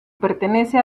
pertenece